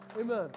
Amen